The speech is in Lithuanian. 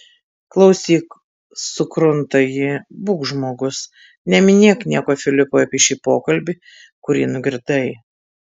klausyk sukrunta ji būk žmogus neminėk nieko filipui apie šį pokalbį kurį nugirdai